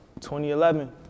2011